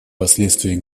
последствий